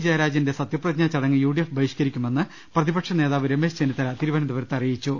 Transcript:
ജയരാജന്റെ സത്യപ്രതിജ്ഞ ചടങ്ങ് യുഡിഎഫ് ബഹിഷ്ക്ക രിക്കുമെന്ന് പ്രതിപക്ഷ നേതാവ് രമേശ് ചെന്നിത്തല്പ തിരുവനന്തപു രത്ത് പറഞ്ഞു